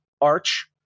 Arch